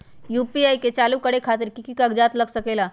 UPI के चालु करे खातीर कि की कागज़ात लग सकेला?